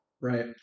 right